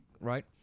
right